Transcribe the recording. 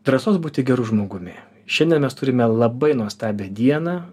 drąsos būti geru žmogumi šiandien mes turime labai nuostabią dieną